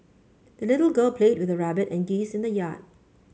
the little girl played with her rabbit and geese in the yard